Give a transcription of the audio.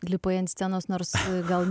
lipai ant scenos nors gal